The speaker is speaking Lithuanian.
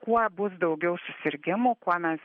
kuo bus daugiau susirgimų kuo mes